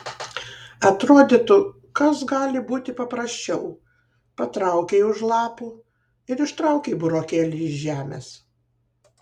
atrodytų kas gali būti paprasčiau patraukei už lapų ir ištraukei burokėlį iš žemės